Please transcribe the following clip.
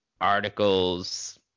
articles